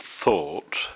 thought